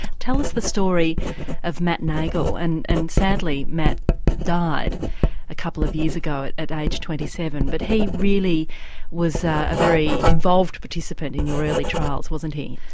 tell us the story of matt nagle and and sadly matt died a couple of years ago at at age twenty seven, but he really was ah a very involved participant in your early trials, wasn't he?